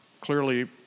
clearly